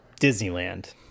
disneyland